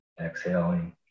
exhaling